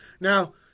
Now